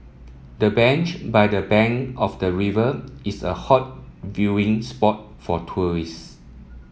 the bench by the bank of the river is a hot viewing spot for tourists